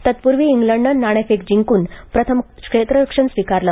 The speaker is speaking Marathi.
तत्पूर्वी इंग्लंडनं नाणेफेक जिंकून प्रथम क्षेत्ररक्षण स्वीकारलं